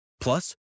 Plus